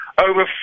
over